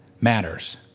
matters